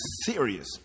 serious